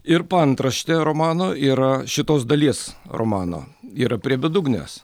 ir paantraštė romano yra šitos dalies romano yra prie bedugnės